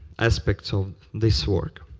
aspects of this work.